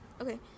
Okay